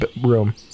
room